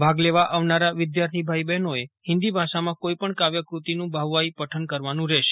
ભાગ લેવા આવનારા વિદ્યાર્થી ભાઈ બહેનોએ હિન્દી ભાષામાં કોઈ પણ કાવ્ય કૃતિનું ભાવવાહી પઠન કરવાનું રહેશે